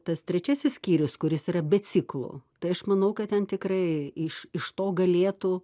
tas trečiasis skyrius kuris yra be ciklų tai aš manau kad ten tikrai iš iš to galėtų